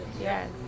Yes